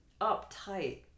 uptight